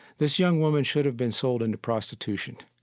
this young woman should've been sold into prostitution,